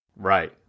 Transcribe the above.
Right